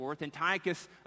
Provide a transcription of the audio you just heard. Antiochus